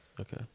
Okay